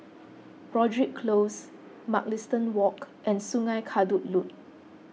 Broadrick Close Mugliston Walk and Sungei Kadut Loop